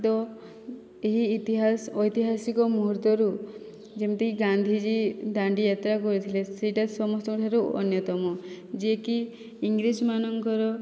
ତ ଏହି ଇତିହାସ ଐତିହାସିକ ମୁହୂର୍ତ୍ତରୁ ଯେମିତି ଗାନ୍ଧିଜୀ ଦାଣ୍ଡି ଯାତ୍ରା କରିଥିଲେ ସେଇଟା ସମସ୍ତଙ୍କଠାରୁ ଅନ୍ୟତମ ଯିଏକି ଇଂରେଜମାନଙ୍କର